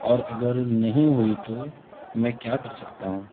اور اگر نہیں ہوئی تو میں کیا کر سکتا ہوں